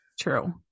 True